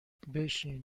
بشین